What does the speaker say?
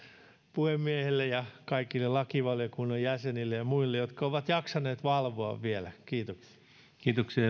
puhemiehelle ja kaikille lakivaliokunnan jäsenille ja muille jotka ovat jaksaneet valvoa vielä kiitoksia